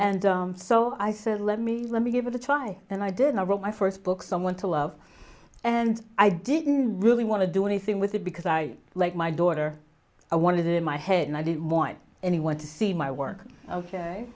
and so i said let me let me give it a try and i did i wrote my first book someone to love and i didn't really want to do anything with it because i like my daughter i wanted it in my head and i didn't want anyone to see my work